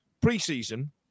pre-season